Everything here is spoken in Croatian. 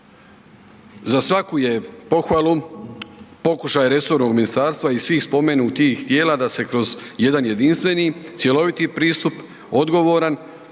Za svaku je pohvalu pokušaj resornog ministarstva i svih spomenutih tijela da se kroz jedan jedinstveni, cjeloviti pristup, odgovoran